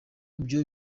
ibyo